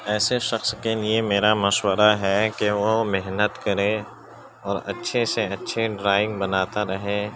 ایسے شخص کے لیے میرا مشورہ ہے کہ وہ محنت کرے اور اچھے سے اچھے ڈرائنگ بناتا رہے